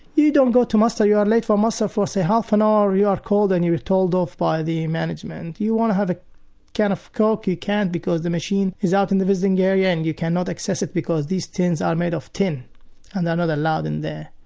you don't go to muster, you are late for muster for say half an hour, you are called and you are told off by the management. if you want to have a can of coke you can't because the machine is out in the visiting area and you cannot access it because these tins are made of tin and they're not allowed in there.